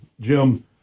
Jim